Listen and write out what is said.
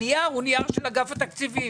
הנייר הוא נייר של אגף התקציבים.